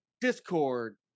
Discord